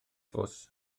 fws